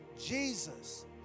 Jesus